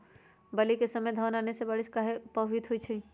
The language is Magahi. बली क समय धन बारिस आने से कहे पभवित होई छई?